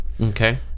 Okay